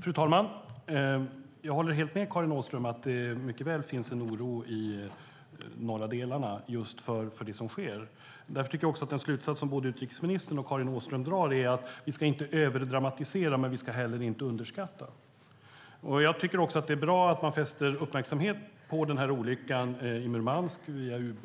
Fru talman! Jag håller helt med Karin Åström om att det finns en oro i de norra delarna av Sverige. Därför är den slutsats som både utrikesministern och Karin Åström drar bra, nämligen att vi inte ska överdramatisera men inte heller underskatta oron. Det är bra att man fäster uppmärksamhet på olyckan på